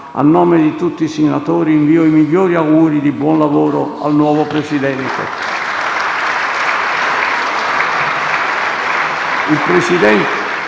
A nome di tutti i senatori invio i migliori auguri di buon lavoro al nuovo Presidente.